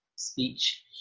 speech